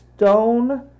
Stone